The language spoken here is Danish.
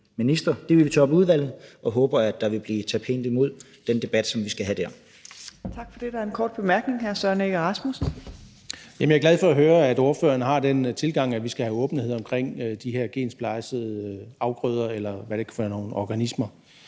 Det vil vi tage op i udvalget og håber, at der vil blive taget pænt imod den debat, som vi skal have der.